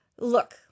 look